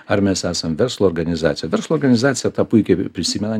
ar mes esam verslo organizacija verslo organizacija tą puikiai prisimena